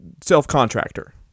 self-contractor